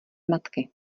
matky